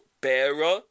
Bearer